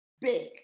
big